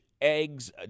Eggs